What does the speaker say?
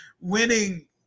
winning